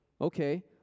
okay